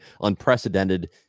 unprecedented